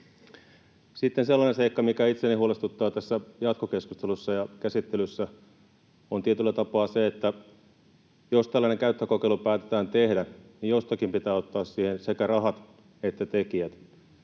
Sitten sellainen seikka, mikä itseäni huolestuttaa tässä jatkokeskustelussa ja ‑käsittelyssä, on tietyllä tapaa se, että jos tällainen kokeilu päätetään tehdä, niin jostakin pitää ottaa siihen sekä rahat että tekijät.